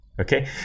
Okay